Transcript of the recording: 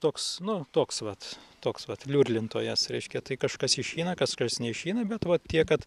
toks nu toks vat toks vat liurlintojas reiškia tai kažkas išeina kažkas neišeina bet va tiek kad